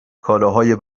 کالاهای